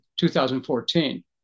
2014